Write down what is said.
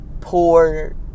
poor